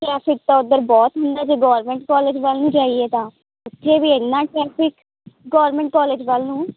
traffic ਤਾਂ ਉੱਧਰ ਬਹੁਤ ਹੁੰਦਾ ਜੇ ਗਵਰਮੈਂਟ ਕਾਲਜ ਵੱਲ ਜਾਈਏ ਤਾਂ ਉੱਥੇ ਐਨਾ ਟਰੈਫਿਕ ਗੋਰਮੈਂਟ ਕੋਲਜ ਵੱਲ ਨੂੰ